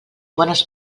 bones